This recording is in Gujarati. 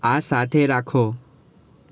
આ સાથે રાખો